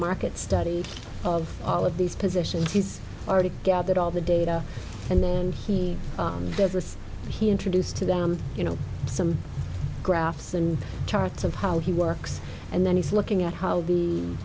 market study of all of these positions he's already gathered all the data and then he does this he introduced to them you know some graphs and charts of how he works and then he's looking at how the